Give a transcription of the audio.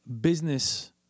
business